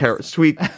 sweet